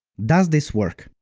does this work?